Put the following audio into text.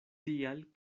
tial